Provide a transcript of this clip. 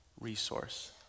resource